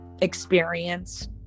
experience